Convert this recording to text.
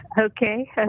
okay